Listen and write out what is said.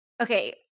okay